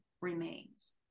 remains